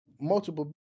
multiple